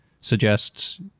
suggests